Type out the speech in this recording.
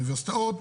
באוניברסיטאות,